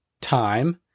time